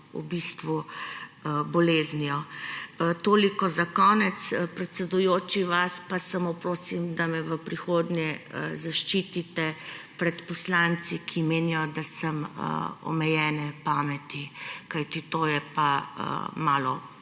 zahrbtno boleznijo. Toliko za konec. Predsedujoči, vas pa samo prosim, da me v prihodnje zaščitite pred poslanci, ki menijo, da sem omejene pameti, kajti to je pa malo